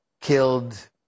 killed